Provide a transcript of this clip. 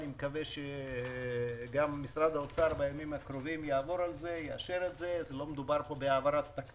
אני מקווה שגם משרד האוצר יעבור על זה בימים הקרובים ויאשר.